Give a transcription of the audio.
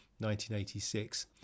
1986